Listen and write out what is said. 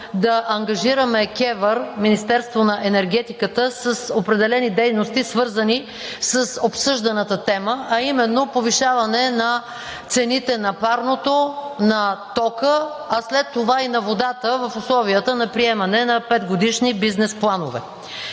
да ангажираме КЕВР, Министерството на енергетиката с определени дейности, свързани с обсъжданата тема, а именно повишаване на цените на парното, на тока, а след това и на водата в условията на приемане на петгодишни бизнес планове.